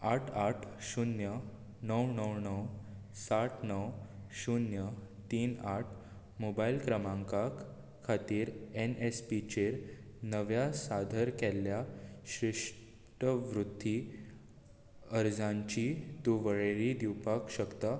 आठ आठ शुन्य णव णव णव सात णव शुन्य तीन आठ मोबायल क्रमांकाक खातीर एन एस पीचेर नव्या साधर केल्ल्या शिश्टवृत्ती अर्जांची तूं वळेरी दिवपाक शकता